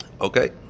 Okay